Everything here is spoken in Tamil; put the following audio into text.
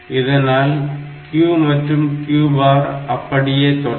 இதனால் Q மற்றும் Q பார் அப்படியே தொடரும்